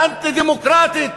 האנטי-דמוקרטית,